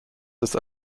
des